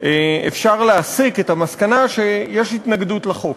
אפשר להסיק את המסקנה שיש התנגדות לחוק,